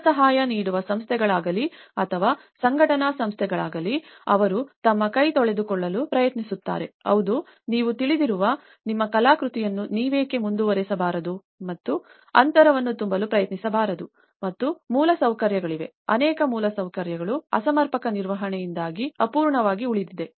ಧನಸಹಾಯ ನೀಡುವ ಸಂಸ್ಥೆಗಳಾಗಲಿ ಅಥವಾ ಸಂಘಟನಾ ಸಂಸ್ಥೆಗಳಾಗಲಿ ಅವರು ತಮ್ಮ ಕೈ ತೊಳೆದುಕೊಳ್ಳಲು ಪ್ರಯತ್ನಿಸುತ್ತಾರೆ ಹೌದು ನೀವು ತಿಳಿದಿರುವ ನಿಮ್ಮ ಕಲಾಕೃತಿಯನ್ನು ನೀವೇಕೆ ಮುಂದುವರಿಸಬಾರದು ಮತ್ತು ಅಂತರವನ್ನು ತುಂಬಲು ಪ್ರಯತ್ನಿಸಬಾರದು ಮತ್ತು ಮೂಲಸೌಕರ್ಯಗಳಿವೆ ಅನೇಕ ಮೂಲಸೌಕರ್ಯಗಳು ಅಸಮರ್ಪಕ ನಿರ್ವಹಣೆಯಿಂದಾಗಿ ಅಪೂರ್ಣವಾಗಿ ಉಳಿದಿದೆ